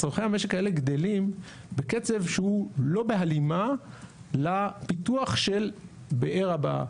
צרכי המשק האלה גדלים בקצב שהוא לא בהלימה לפיתוח של באר הבא,